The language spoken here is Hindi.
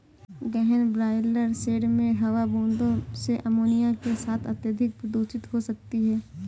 गहन ब्रॉयलर शेड में हवा बूंदों से अमोनिया के साथ अत्यधिक प्रदूषित हो सकती है